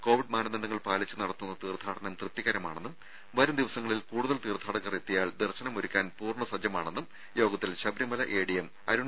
Covid മാനദണ്ഡങ്ങൾ പാലിച്ച് നടത്തുന്ന തീർത്ഥാടനം തൃപ്തികരമാണെന്നും വരും ദിവസങ്ങളിൽ കൂടുതൽ തീർത്ഥാടകർ എത്തിയാൽ ദർശനം ഒരുക്കാൻ പൂർണ സജ്ജമാണെന്നും യോഗത്തിൽ ശബരിമല എഡിഎം അരുൺ